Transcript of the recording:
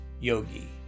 yogi